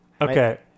okay